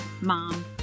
mom